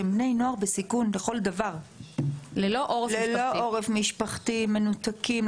שהם בני נוער בסיכון לכל דבר ללא עורף משפחתי מנותקים,